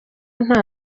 nta